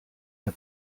der